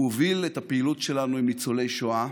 הוא הוביל את הפעילות שלנו עם ניצולי שואה